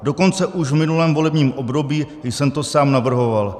Dokonce už v minulém volebním období jsem to sám navrhoval.